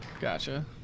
Gotcha